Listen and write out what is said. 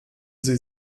sie